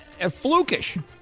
flukish